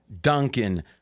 Duncan